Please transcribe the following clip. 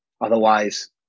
otherwise